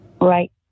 Right